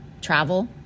Travel